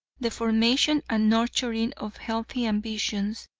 the formation and nurturing of healthy ambitions,